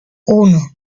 uno